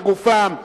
בגופם,